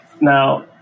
Now